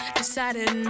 decided